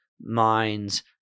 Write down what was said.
minds